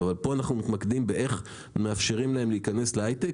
אבל פה אנחנו מתמקדים באיך מאפשרים להם להיכנס להייטק